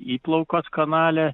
įplaukos kanale